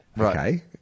okay